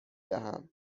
دهم